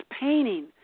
painting